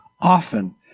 often